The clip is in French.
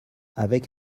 avec